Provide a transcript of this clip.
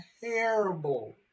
terrible